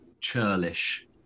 churlish